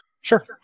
Sure